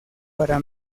para